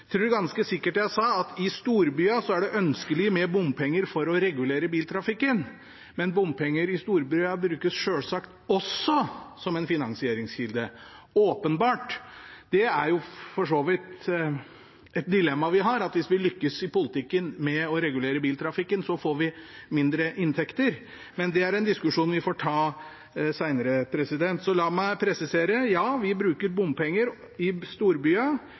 tror ganske sikkert jeg sa at i storbyene er det ønskelig med bompenger for å regulere biltrafikken. Men bompenger i storbyene brukes selvsagt også som en finansieringskilde – det er åpenbart. Det er for så vidt et dilemma vi har, at hvis vi lykkes i politikken med å regulere biltrafikken, får vi mindre inntekter. Men det er en diskusjon vi får ta senere. Så la meg presisere: Vi bruker bompenger i